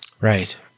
Right